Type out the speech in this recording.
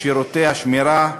שירותי השמירה,